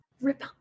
rip